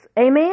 Amen